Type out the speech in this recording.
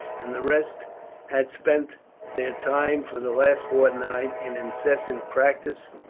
and the rest had spent their time for the last fortnight in incessant practice,